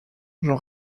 j’en